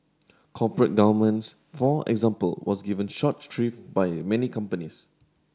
corporate governance for example was given short by many companies